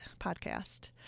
podcast